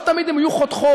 לא תמיד הן יהיו חותכות,